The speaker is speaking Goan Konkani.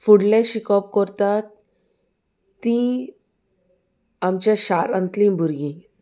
फुडलें शिकोप करतात तीं आमच्या शारांतलीं भुरगीं